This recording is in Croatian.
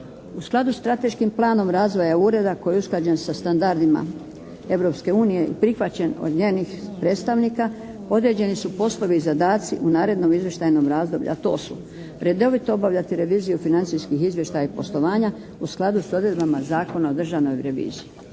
U skladu sa Strateškim planom razvoja Ureda koji je usklađen sa standardima Europske unije i prihvaćen od njenih predstavnika, određeni su poslovi i zadaci u narednom izvještajnom razdoblju, a to su redovito obavljati reviziju financijskih izvještaja i poslovanja u skladu s odredbama Zakona o državnoj reviziji.